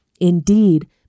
Indeed